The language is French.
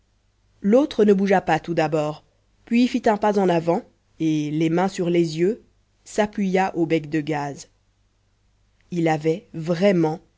l'autre ne bougea pas tout d'abord puis fit un pas en avant et les mains sur les yeux s'appuya au bec de gaz il avait vraiment